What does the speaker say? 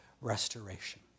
restoration